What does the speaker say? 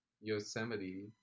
Yosemite